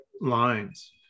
lines